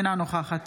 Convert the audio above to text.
אינה נוכחת